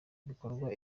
bikorwa